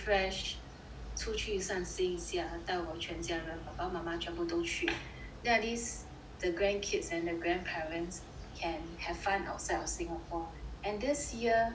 出去散心一下带我全家人爸爸妈妈全部都去 then at least the grandkids and the grandparents can have fun outside of Singapore and this year